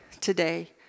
today